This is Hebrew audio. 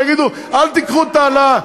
ויגידו: אל תיקחו את ההעלאה?